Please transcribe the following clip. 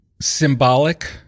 symbolic